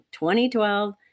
2012